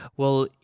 well,